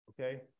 Okay